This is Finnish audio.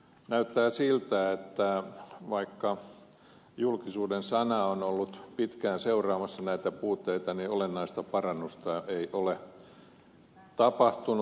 näyttää siltä että vaikka julkisuuden sana on ollut pitkään seuraamassa näitä puutteita niin olennaista parannusta ei ole tapahtunut